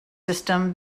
system